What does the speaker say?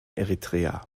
eritrea